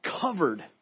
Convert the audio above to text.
covered